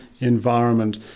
environment